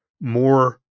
more